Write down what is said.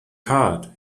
cut